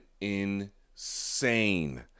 insane